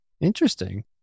Interesting